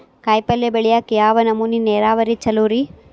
ಕಾಯಿಪಲ್ಯ ಬೆಳಿಯಾಕ ಯಾವ ನಮೂನಿ ನೇರಾವರಿ ಛಲೋ ರಿ?